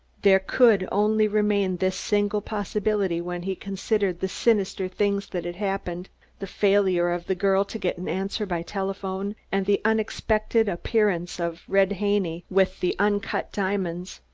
there could only remain this single possibility when he considered the sinister things that had happened the failure of the girl to get an answer by telephone, and the unexpected appearance of red haney with the uncut diamonds.